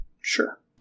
Sure